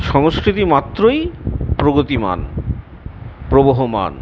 সংস্কৃতি মাত্রই প্রগতিমান প্রবহমান